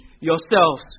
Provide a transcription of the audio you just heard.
yourselves